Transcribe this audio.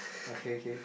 okay K